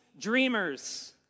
dreamers